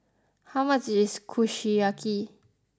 how much is Kushiyaki